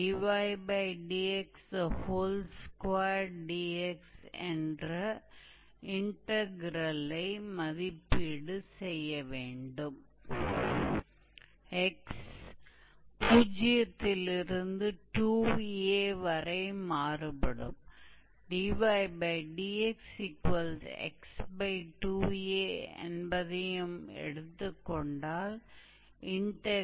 तो वास्तव में 1 एक्सट्रीमिटी के शीर्ष तो हमें यहां शीर्ष से शुरू करना है और फिर वह लंबाई है जिसे हमें 0 से 2a तक गणना करना है